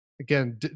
again